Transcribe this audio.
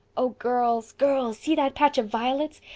oh, girls, girls, see that patch of violets!